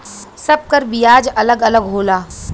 सब कर बियाज अलग अलग होला